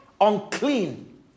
unclean